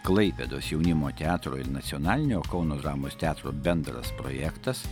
klaipėdos jaunimo teatro ir nacionalinio kauno dramos teatro bendras projektas